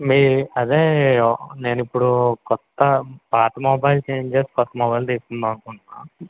మీ అదే నేనిప్పుడు కొత్త పాత మొబైల్ చేంజ్ చేసి కొత్త మొబైల్ తీసుకుందాం అనుకుంటున్నా